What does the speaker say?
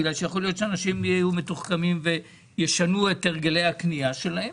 כי יכול להיות שאנשים יהיו מתוחכמים וישנו את הרגלי הקנייה שלהם.